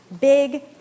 Big